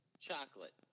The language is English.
chocolate